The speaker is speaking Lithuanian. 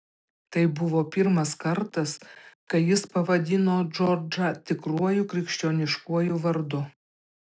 tai buvo pirmas kartas kai jis pavadino džordžą tikruoju krikščioniškuoju vardu